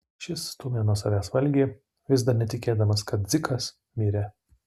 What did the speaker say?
šis stūmė nuo savęs valgį vis dar netikėdamas kad dzikas mirė